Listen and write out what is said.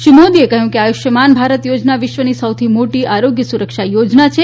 શ્રી મોદીએ કહ્યું કે આયુષ્માન ભારત યોજના વિશ્વની સૌથી મોટી આરોગ્ય સુરક્ષા યોજના છે